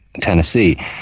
Tennessee